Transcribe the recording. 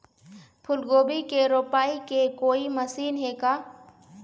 फूलगोभी के रोपाई के कोई मशीन हे का?